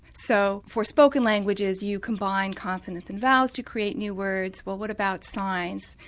so for spoken languages you combine consonants and vowels to create new words well what about signs?